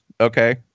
Okay